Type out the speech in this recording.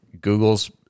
Google's